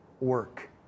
work